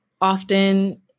often